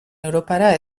europara